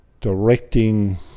directing